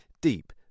deep